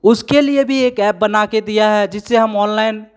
उसके लिए भी एक ऐप्प बनाके दिया है जिससे हम ऑनलाइन